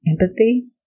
empathy